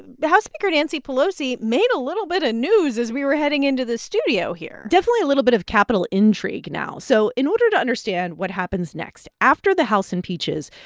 house speaker nancy pelosi made a little bit of news as we were heading into the studio here definitely a little bit of capitol intrigue now. so in order to understand what happens next, after the house impeaches,